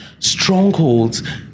Strongholds